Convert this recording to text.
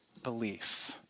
belief